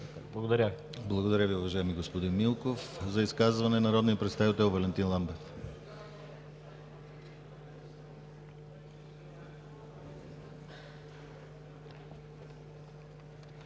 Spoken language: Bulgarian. Благодаря Ви, уважаеми господин Милков. За изказване – народният представител Валентин Ламбев.